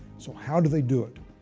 so how do they do it?